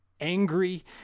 angry